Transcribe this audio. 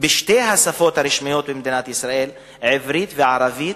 בשתי השפות הרשמיות במדינת ישראל, עברית וערבית,